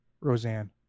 Roseanne